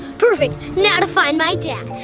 perfect, now to find my dad.